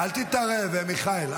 --- אל תתערב, מיכאל.